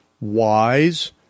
wise